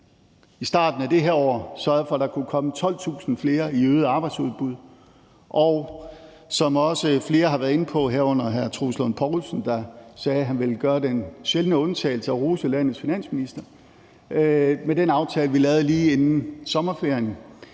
i starten af det her år, der sørgede for, at der kunne komme 12.000 flere i øget arbejdsudbud – som flere andre også har været inde på, herunder hr. Troels Lund Poulsen, der sagde, at han ville gøre den sjældne undtagelse at rose landets finansminister – og den aftale, vi lavede lige inden sommerferien,